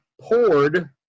poured